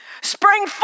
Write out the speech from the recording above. Spring